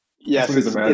Yes